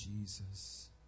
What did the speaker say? Jesus